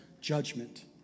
judgment